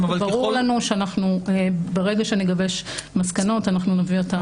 ברור לנו שברגע שנגבש מסקנות נביא אותן לוועדה.